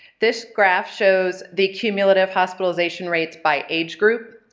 this graph shows the cumulative hospitalization rates by age group,